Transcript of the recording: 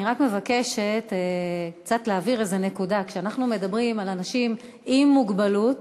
אני רק מבקשת להבהיר קצת איזו נקודה: אנחנו מדברים על אנשים עם מוגבלות,